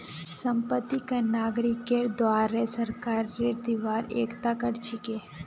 संपत्ति कर नागरिकेर द्वारे सरकारक दिबार एकता कर छिके